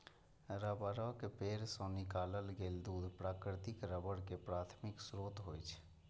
रबड़क पेड़ सं निकालल गेल दूध प्राकृतिक रबड़ के प्राथमिक स्रोत होइ छै